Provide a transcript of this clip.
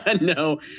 No